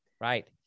Right